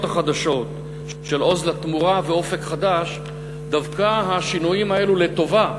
החדשות של "עוז לתמורה" ו"אופק חדש" דווקא השינויים האלה לטובה